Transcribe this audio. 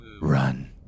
Run